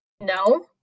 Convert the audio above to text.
no